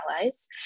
allies